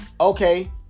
Okay